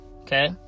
okay